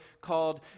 called